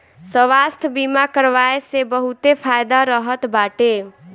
स्वास्थ्य बीमा करवाए से बहुते फायदा रहत बाटे